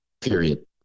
period